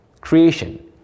Creation